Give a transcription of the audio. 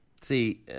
see